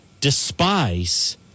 despise